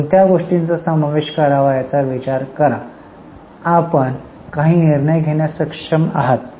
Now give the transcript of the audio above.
कोणत्या गोष्टींचा समावेश करावा याचा विचार करा आपण काही निर्णय घेण्यास सक्षम आहात